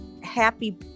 happy